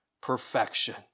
perfection